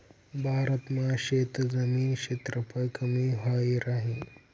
भारत मा शेतजमीन क्षेत्रफळ कमी व्हयी राहीन